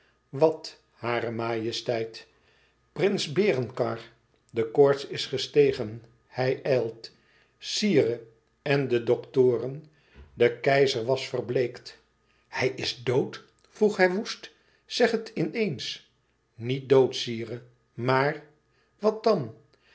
wat hare majesteit prins berengar de koorts is gestegen hij ijlt sire en de doktoren de keizer was verbleekt hij is dood vroeg hij woest zeg het in eens niet dood sire maar maar wat maar